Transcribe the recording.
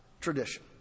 tradition